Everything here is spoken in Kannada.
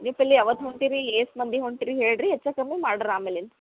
ನೀವು ಪೆಲ್ಲಿ ಯಾವತ್ತು ಹೊಂಟಿರಿ ರೀ ಏಸ್ ಮಂದಿ ಹೊಂಟಿರಿ ಹೇಳ್ರಿ ಹೆಚ್ಚ ಕಮ್ಮಿ ಮಾಡ್ರಿ ಆಮೇಲಿನ